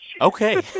okay